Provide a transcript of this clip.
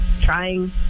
trying